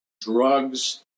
drugs